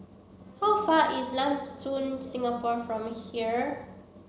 how far is Lam Soon Singapore from here